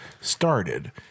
started